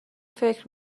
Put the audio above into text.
فکر